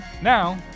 Now